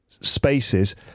spaces